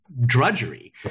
drudgery